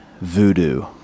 voodoo